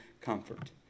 comfort